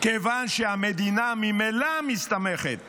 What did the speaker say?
כיוון שהמדינה ממילא מסתמכת